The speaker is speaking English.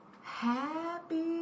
Happy